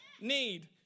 need